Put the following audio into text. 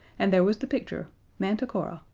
and there was the picture manticora,